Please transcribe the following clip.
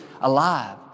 alive